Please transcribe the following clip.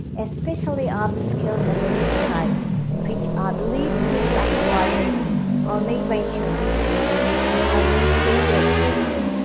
especially on the skills and expertise which are believed to be acquired only by humans and only through education.